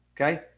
Okay